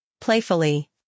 Playfully